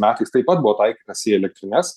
metais taip pat buvo taikytasi į elektrines